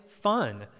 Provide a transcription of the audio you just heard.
fun